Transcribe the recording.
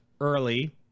early